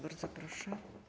Bardzo proszę.